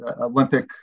Olympic